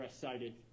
cited